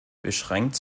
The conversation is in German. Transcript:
beschränkt